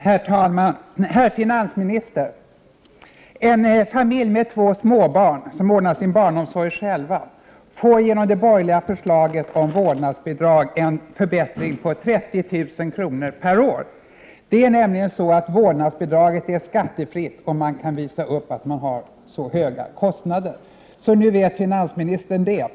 Herr talman! Jag vill säga till finansministern att en familj med två småbarn som ordnar sin barnomsorg själv får genom det borgerliga förslaget om vårdnadsbidrag en förbättring på 30 000 kr. per år. Det är nämligen på det sättet att vårdnadsbidraget är skattefritt, om man kan visa upp att man har så och så höga kostnader. Nu vet finansministern det.